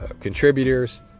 contributors